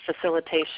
facilitation